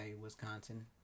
Wisconsin